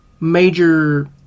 major